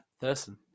Thurston